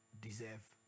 deserve